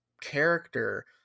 character